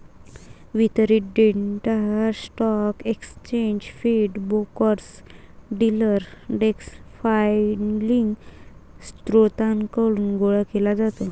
वितरित data stock exchange feed, brokers, dealer desk filing स्त्रोतांकडून गोळा केला जातो